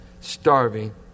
starving